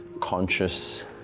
conscious